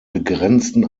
begrenzten